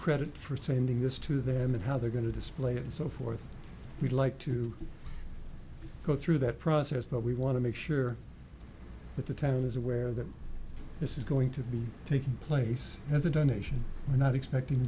credit for sending this to them and how they're going to display it and so forth we'd like to go through that process but we want to make sure at the time i was aware that this is going to be taking place as a donation we're not expecting